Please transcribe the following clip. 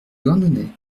douarnenez